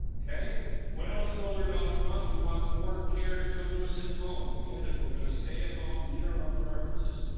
what else do older adults want? we want more care to come to us at home. again, if we're going to stay at home, meet our own preferences,